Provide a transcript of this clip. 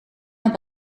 naar